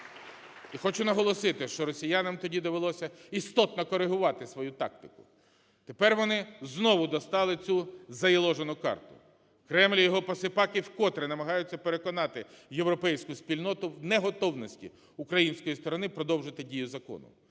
І хочу наголосити, що росіянам тоді довелося істотно корегувати свою тактику. Тепер вони знову дістали цю заяложену карту. Кремль і його посіпаки вкотре намагаються переконати європейську спільному в неготовності української сторони продовжити дію закону.